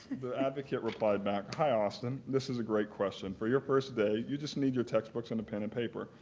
the advocate replied back, hi, austin. this is a great question. for your first day, you just need your textbooks and a pen and paper.